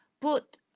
put